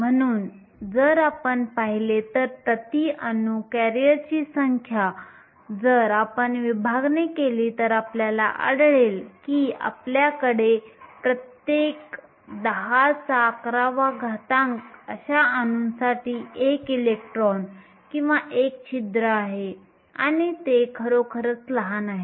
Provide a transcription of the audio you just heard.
म्हणून जर आपण पाहिले तर प्रति अणू करिअरची संख्या जर आपण विभागणी केली तर आपल्याला आढळेल की आपल्यकडे प्रत्येक 1011 अणूंसाठी 1 इलेक्ट्रॉन किंवा 1 छिद्र आहे आणि हे खरोखरच लहान आहे